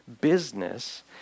business